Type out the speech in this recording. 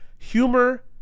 humor